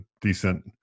decent